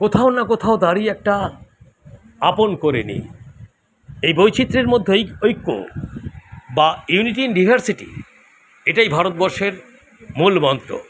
কোথাও না কোথাও দাঁড়িয়ে একটা আপন করে নিই এই বৈচিত্র্যের মধ্যেই ঐক্য বা ইউনিটি ইন ডিভারসিটি এটাই ভারতবর্ষের মূল মন্ত্র